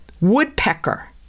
woodpecker